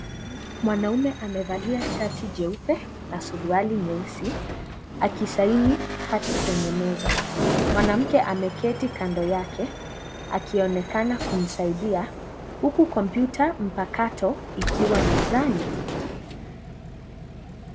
Mwanaume amevalia shati jeupe na suruali nyeusi akisaini hati kwenye meza . Mwanamke ameketi kando yake akionekana kumsaidia huku kompyuta mpakato ikiwa mezani.